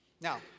Now